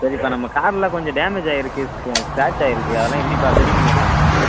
சரிப்பா நம்ம கார்ல கொஞ்சம் டேமேஜ் ஆகியிருக்கு க ஸ்க்ராட்ச் ஆகியிருக்கு அதெலாம் எப்படிப்பா சரி பண்ணிடலாமா